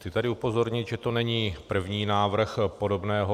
Chci tady upozornit, že to není první návrh podobného typu.